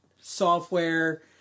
software